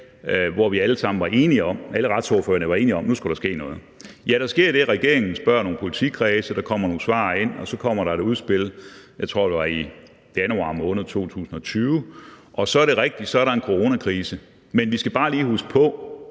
hvor vi alle sammen var enige om, at der skulle ske noget. Alle retsordførerne var enige om, at nu skulle der ske noget. Ja, der skete det, at regeringen spurgte nogle politikredse, og at der kom nogle svar ind, og så kom der et udspil i januar måned 2020, tror jeg det var. Så er det rigtigt, at der er en coronakrise, men vi skal bare lige huske på,